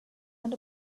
and